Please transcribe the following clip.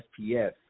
SPF